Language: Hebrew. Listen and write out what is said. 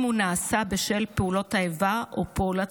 אם הוא נעשה בשל פעולות האיבה או פעולות